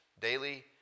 Daily